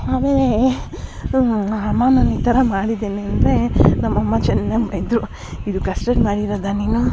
ಆಮೇಲೆ ಅಮ್ಮ ನಾನೀಥರ ಮಾಡಿದ್ದೀನಿ ಅಂದರೆ ನಮ್ಮಮ್ಮ ಚೆನ್ನಾಗಿ ಬೈದರು ಇದು ಕಸ್ಟಡ್ ಮಾಡಿರೋದಾ ನೀನು